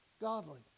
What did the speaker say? godly